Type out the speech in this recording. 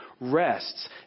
rests